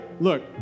look